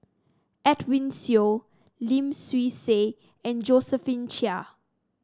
Edwin Siew Lim Swee Say and Josephine Chia